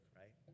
right